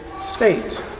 state